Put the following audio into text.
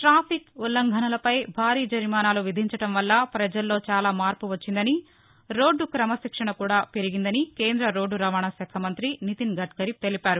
traffic ఉల్లంఘనలపై బారీ జరిమానాలు విధించడం వల్ల పజల్లో చాలా మార్పు వచ్చిందనిరోడ్లు క్రమశిక్షణ కూడా పెరిగిందని కేంద్ర రోడ్టు రవాణా శాఖ మంతి నితిన్ గడ్యరీ తెలిపారు